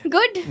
Good